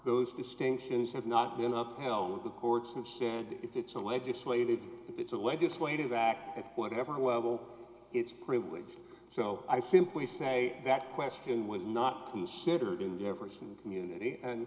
those distinctions have not been up to hell with the courts have said if it's a legislative if it's a legislative act at whatever level it's privilege so i simply say that question was not considered in jefferson community and